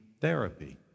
therapy